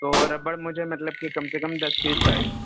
تو ربڑ مجھے مطلب کی کم سے کم دس پیس چاہیے